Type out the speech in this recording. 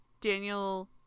Daniel